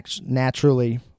naturally